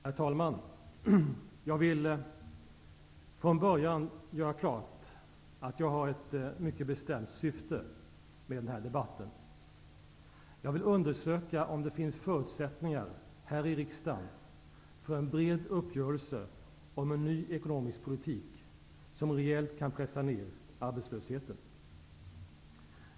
Herr talman! Jag vill från första början göra klart att jag har ett mycket bestämt syfte med den här debatten: jag vill undersöka om det finns förutsättningar här i riksdagen för en bred uppgörelse om en ny ekonomisk politik, som rejält kan pressa ned arbetslösheten.